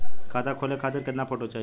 खाता खोले खातिर केतना फोटो चाहीं?